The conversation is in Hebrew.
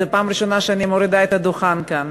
זו פעם ראשונה שאני מורידה את הדוכן כאן.